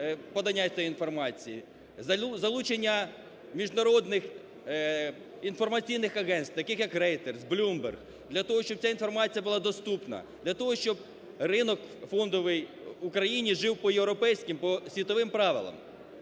подання цієї інформації, залучення міжнародних інформаційних агентств таких, як Reuters, Bloomberg для того, щоб ця інформація була доступна, для того щоб ринок фондовий в Україні жив по європейським, по світовим правилам.